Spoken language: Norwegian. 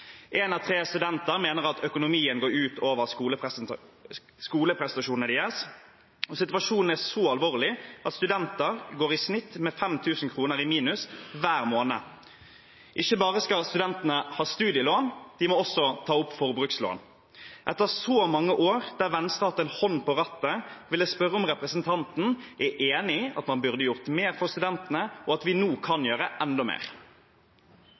av tre studenter mener at økonomien går ut over skoleprestasjonene deres, og situasjonen er så alvorlig at studenter i snitt går med 5 000 kr i minus hver måned. Ikke bare skal studentene ha studielån, de må også ta opp forbrukslån. Etter så mange år der Venstre har hatt en hånd på rattet, vil jeg spørre om representanten er enig i at man burde gjort mer for studentene, og at vi nå kan gjøre enda